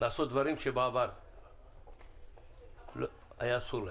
לעשות דברים שבעבר היה אסור להם,